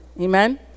amen